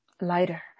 lighter